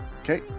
okay